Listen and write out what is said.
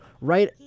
right